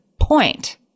point